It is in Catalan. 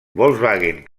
volkswagen